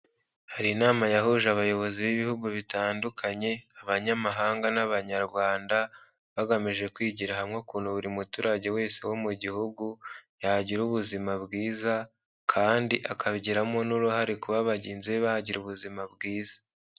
Hari inama yahuje abayobozi b'ibihugu bitandukanye, abanyamahanga n'abanyarwanda, bagamije kwigira hamwe ukuntu buri muturage wese wo mu gihugu, yagira ubuzima bwiza kandi akabigiramo n'uruhare kuba bagenzi be bagira ubuzima bwiza.